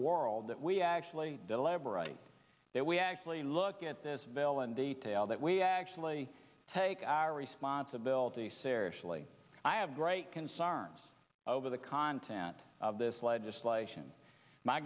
world that we actually deliberately that we actually look at this veil and detail that we actually take our responsibility seriously i have great concerns over the content of this legislation my